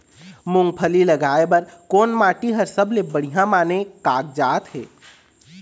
मूंगफली लगाय बर कोन माटी हर सबले बढ़िया माने कागजात हे?